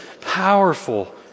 powerful